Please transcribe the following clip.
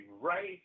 right